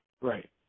Right